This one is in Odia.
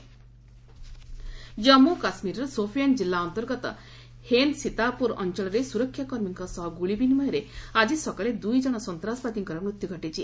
ଜେକେ ଏନ୍କାଉଣ୍ଟର୍ ଜାମ୍ମୁ କାଶ୍କୀରର ସୋଫିଆନ୍ ଜିଲ୍ଲା ଅନ୍ତର୍ଗତ ହେନ୍ଦ୍ ସୀତାପୁରା ଅଞ୍ଚଳରେ ସୁରକ୍ଷା କର୍ମୀଙ୍କ ସହ ଗୁଳି ବିନିମୟରେ ଆଜି ସକାଳେ ଦୁଇଜଣ ସନ୍ତାସବାଦୀଙ୍କର ମୃତ୍ୟୁ ହୋଇଛି